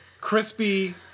Crispy